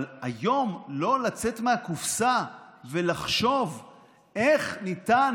אבל היום לא לצאת מהקופסה ולא לחשוב איך ניתן,